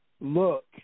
look